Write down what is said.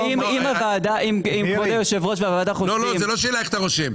אם כבוד היושב ראש והוועדה חושבים --- זה לא שאלה של איך אתה רושם,